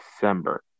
December